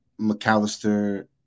McAllister